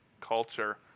culture